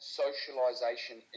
socialization